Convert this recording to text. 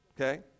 okay